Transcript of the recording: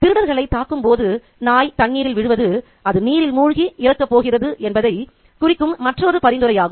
திருடர்களைத் தாக்கும் போது நாய் தண்ணீரில் விழுவது அது நீரில் மூழ்கி இருக்கப்போகிறது என்பதை குறிக்கும் மற்றொரு பரிந்துரையாகும்